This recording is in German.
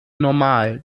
normal